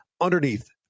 underneath